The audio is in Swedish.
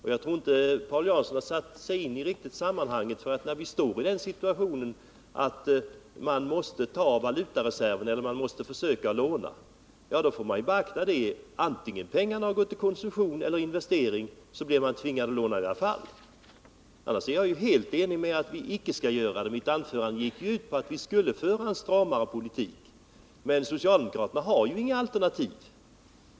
Jag tror inte att Paul Jansson har satt sig in i sammanhanget riktigt, för när man befinner sig i den situationen att man måste ta av valutareserven eller försöka att låna, måste man beakta att vare sig pengarna går till konsumtion eller investering blir man tvungen att låna. Annars är jag helt enig med Paul Jansson. Mitt anförande gick ut på att vi bör föra en stramare politik. Men socialdemokraterna har ju, som sagt, inget alternativ.